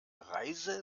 reise